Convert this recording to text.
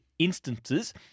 instances